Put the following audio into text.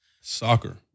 Soccer